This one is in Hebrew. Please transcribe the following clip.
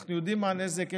אנחנו יודעים מה הנזק.